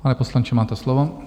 Pane poslanče, máte slovo.